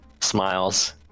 smiles